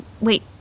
wait